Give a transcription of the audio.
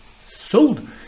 sold